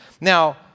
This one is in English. Now